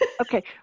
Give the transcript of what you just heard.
okay